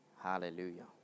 Hallelujah